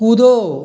कूदो